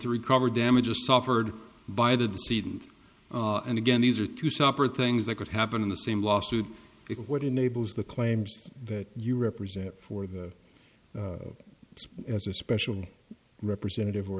to recover damages suffered by the deceit and and again these are two separate things that could happen in the same lawsuit if what enables the claims that you represent for the as a special representative or